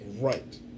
Right